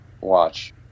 watch